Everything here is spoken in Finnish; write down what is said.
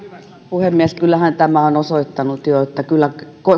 puhemies kyllähän tämä on jo osoittanut että kyllä